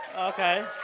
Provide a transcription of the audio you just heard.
Okay